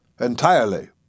Entirely